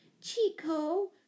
Chico